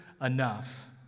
enough